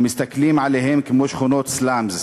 ומסתכלים עליהם כמו על סלאמס